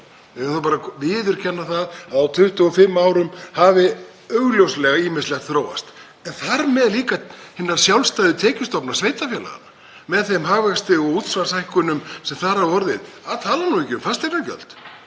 eigum bara að viðurkenna að á 25 árum hefur augljóslega ýmislegt þróast, en þar með líka hinir sjálfstæðu tekjustofnar sveitarfélaganna með þeim hagvexti og útsvarshækkunum sem þar hafa orðið, að ég tali nú ekki um fasteignagjöld.